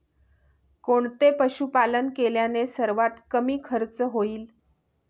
कोणते पशुपालन केल्याने सर्वात कमी खर्च होईल?